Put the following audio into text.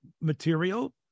material